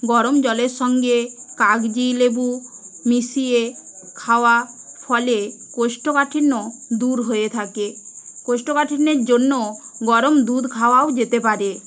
গরম জলের সঙ্গে কাগজি লেবু মিশিয়ে খাওয়া ফলে কোষ্ঠকাঠিন্য দূর হয়ে থাকে কোষ্ঠকাঠিন্যের জন্য গরম দুধ খাওয়াও যেতে পারে